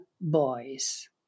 boys